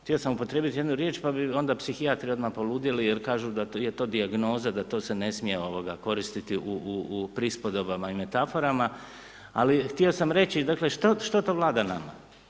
htio sam upotrijebiti jednu riječ pa bi onda psihijatri odmah poludjeli jer kažu da je to dijagnoza, da to se ne sije koristiti u prispodobama i metaforama, ali htio sam reći, dakle što to vlada nama?